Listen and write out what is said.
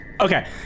Okay